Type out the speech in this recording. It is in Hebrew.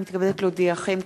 אני מתכבדת להודיעכם,